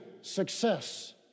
success